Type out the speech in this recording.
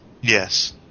Yes